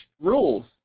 rules